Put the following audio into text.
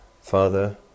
Father